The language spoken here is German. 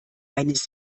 eines